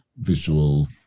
visual